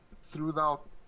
Throughout